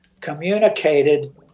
communicated